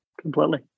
Completely